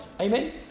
Amen